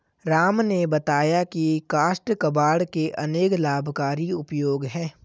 राम ने बताया की काष्ठ कबाड़ के अनेक लाभकारी उपयोग हैं